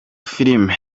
filime